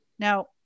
Now